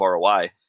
ROI